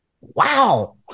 Wow